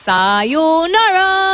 Sayonara